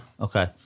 Okay